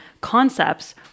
concepts